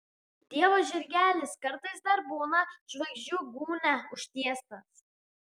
dievo žirgelis kartais dar būna žvaigždžių gūnia užtiestas